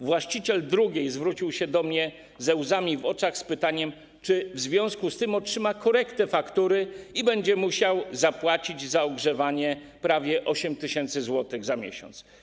Właściciel drugiej zwrócił się do mnie ze łzami w oczach z pytaniem, czy w związku z tym otrzyma korektę faktury i będzie musiał zapłacić za ogrzewanie prawie 8 tys. zł za miesiąc.